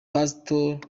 pastor